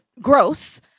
gross